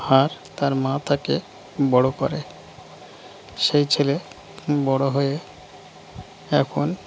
আর তার মা তাকে বড়ো করে সেই ছেলে বড়ো হয়ে এখন